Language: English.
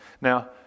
Now